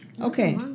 Okay